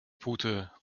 pute